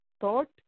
thought